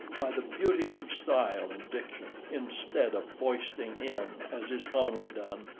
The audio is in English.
by the beauties of style and diction, instead of foisting in, as is commonly done,